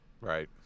Right